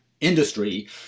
industry